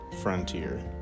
Frontier